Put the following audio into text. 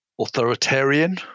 authoritarian